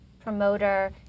promoter